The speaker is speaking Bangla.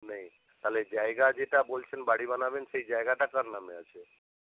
নেই তাহলে জায়গা যেটা বলছেন বাড়ি বানাবেন সেই জায়গাটা কার নামে আছে